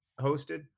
hosted